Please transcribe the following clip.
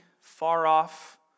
far-off